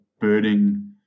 birding